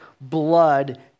blood